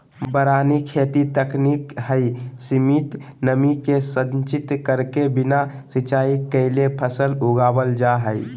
वारानी खेती तकनीक हई, सीमित नमी के संचित करके बिना सिंचाई कैले फसल उगावल जा हई